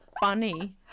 funny